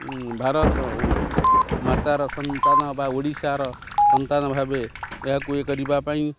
ଭାରତ ମାତାର ସନ୍ତାନ ବା ଓଡ଼ିଶାର ସନ୍ତାନ ଭାବେ ଏହାକୁ ଏ କରିବା ପାଇଁ